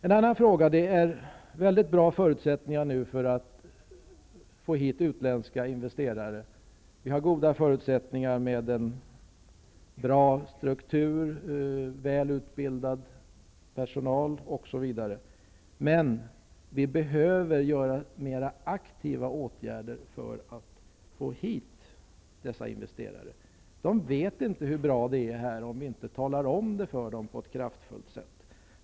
Vi har nu väldigt bra förutsättningar för att få hit utländska investerare. Vi har en bra struktur, välutbildad personal osv., men vi behöver vidta mer aktiva åtgärder för att få hit dessa investerare. De vet inte hur bra det är här, om vi inte talar om det för dem på ett kraftfullt sätt.